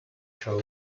show